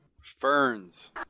Ferns